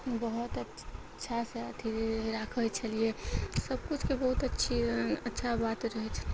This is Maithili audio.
बहुत अच्छासँ अथी राखय छलियै सबकिछुके बहुत अच्छी अच्छा बात रहय छलै